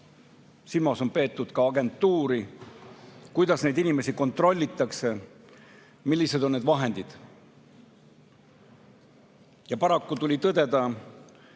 Pean silmas ka agentuuri, kuidas neid inimesi kontrollitakse, millised on need vahendid. Paraku tuli tõdeda,